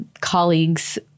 colleagues